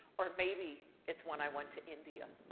or maybe it's when i went to india.